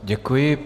Děkuji.